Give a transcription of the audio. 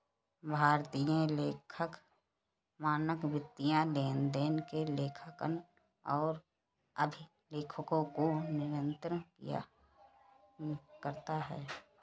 भारतीय लेखा मानक वित्तीय लेनदेन के लेखांकन और अभिलेखों को नियंत्रित करता है